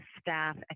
staff